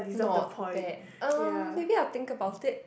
not bad um maybe I will think about it